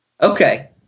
Okay